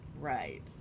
Right